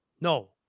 no